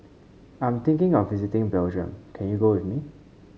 I'm thinking of visiting Belgium can you go with me